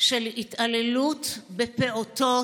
של התעללות בפעוטות,